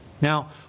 Now